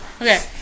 Okay